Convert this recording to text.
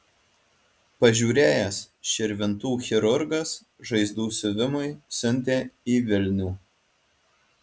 pažiūrėjęs širvintų chirurgas žaizdų siuvimui siuntė į vilnių